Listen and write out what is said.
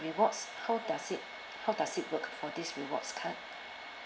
rewards how does it how does it work for this rewards card